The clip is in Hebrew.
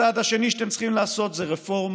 הצעד השני שאתם צריכים לעשות זה רפורמה,